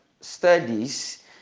studies